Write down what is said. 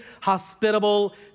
hospitable